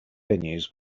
venues